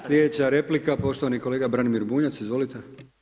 Sljedeća replika poštovani kolega Branimir Bunjac, izvolite.